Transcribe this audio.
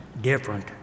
different